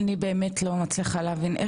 אני באמת לא מצליחה להבין,